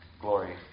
glory